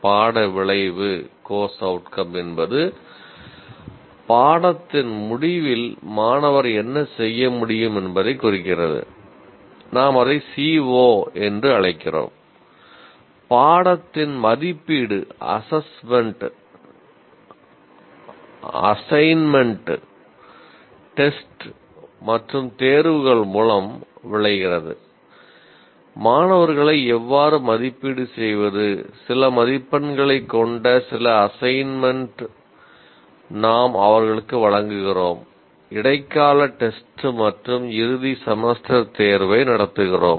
பாட விளைவு மற்றும் இறுதி செமஸ்டர் தேர்வை நடத்துகிறோம்